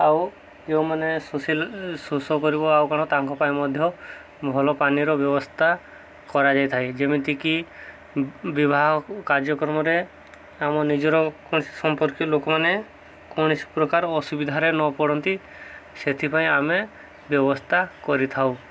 ଆଉ ଯେଉଁମାନେ ଶୋଷିଲ ଶୋଷ କରିବ ଆଉ କ'ଣ ତାଙ୍କ ପାଇଁ ମଧ୍ୟ ଭଲ ପାଣିର ବ୍ୟବସ୍ଥା କରାଯାଇ ଥାଏ ଯେମିତିକି ବିବାହ କାର୍ଯ୍ୟକ୍ରମରେ ଆମ ନିଜର କୌଣସି ସମ୍ପର୍କୀୟ ଲୋକମାନେ କୌଣସି ପ୍ରକାର ଅସୁବିଧାରେ ନ ପଡ଼ନ୍ତି ସେଥିପାଇଁ ଆମେ ବ୍ୟବସ୍ଥା କରିଥାଉ